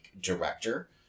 director